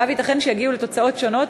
ואף ייתכן שיגיעו לתוצאות שונות,